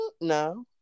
No